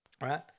Right